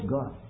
God